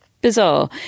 Bizarre